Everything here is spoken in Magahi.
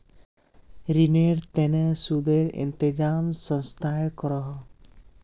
रिनेर तने सुदेर इंतज़ाम संस्थाए करोह